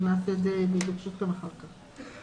אז נעשה את זה ברשותכם אחר כך.